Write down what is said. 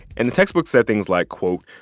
and the textbook said things like, quote,